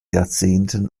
jahrzehnten